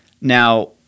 Now